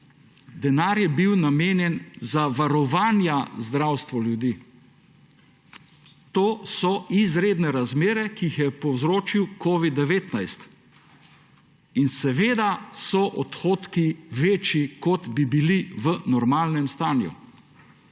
denar je bil namenjen za varovanje zdravstva ljudi. To so izredne razmere, ki jih je povzročil covid-19, in seveda so odhodki večji, kot bi bili v normalnem stanju.